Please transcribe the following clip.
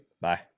Bye